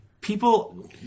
People